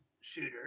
shooter